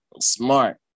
smart